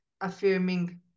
affirming